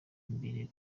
imbere